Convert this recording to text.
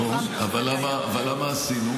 נכון, אבל למה עשינו?